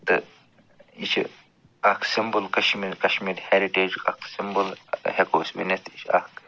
تہٕ یہِ چھِ اَکھ سِمبٕل کَشمیٖر کَمشیٖر ہٮ۪رِٹیجُک اَکھ سِمبٕل ہٮ۪کَو أسۍ ؤنِتھ یہِ چھِ اَکھ